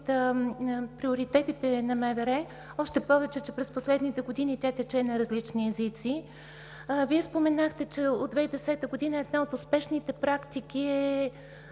приоритетите на МВР, още повече, че през последните години тя тече на различни езици. Вие споменахте, че от 2010 г. насам една от успешните практики е